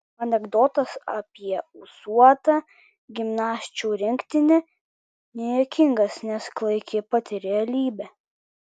anekdotas apie ūsuotą gimnasčių rinktinę nejuokingas nes klaiki pati realybė